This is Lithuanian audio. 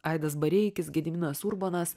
aidas bareikis gediminas urbonas